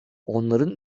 onların